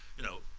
you know,